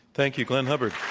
thank you, glenn hubbard.